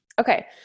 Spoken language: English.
Okay